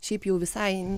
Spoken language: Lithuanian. šiaip jau visai